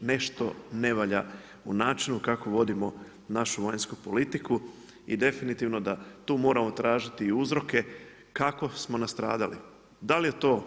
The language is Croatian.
Nešto ne valja u načinu kako vodimo našu vanjsku politiku i definitivno da tu moramo tražiti i uzroke, kako smo nastradali, da li je to